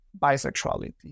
bisexuality